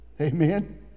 Amen